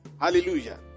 hallelujah